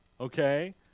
Okay